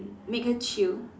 make her chill